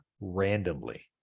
randomly